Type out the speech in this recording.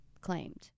claimed